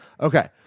Okay